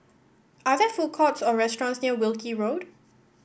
are there food courts or restaurants near Wilkie Road